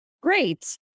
Great